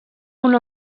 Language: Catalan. una